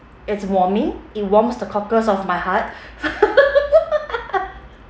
it's warming it warms the cockles of my heart